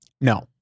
No